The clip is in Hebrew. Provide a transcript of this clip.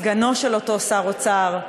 סגנו של אותו שר האוצר,